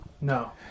no